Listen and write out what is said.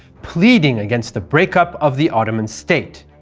pleading against the breakup of the ottoman state.